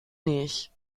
nicht